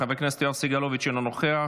חבר הכנסת יואב סגלוביץ' אינו נוכח,